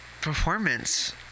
performance